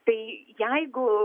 tai jeigu